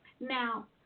Now